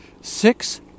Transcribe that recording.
six